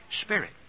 Spirit